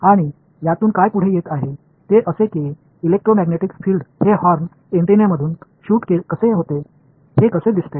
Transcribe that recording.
आणि यातून काय पुढे येत आहे ते असे की इलेक्ट्रोमॅग्नेटिक फील्ड हे हॉर्न अँटेनामधून शूट कसे होते हे कसे दिसते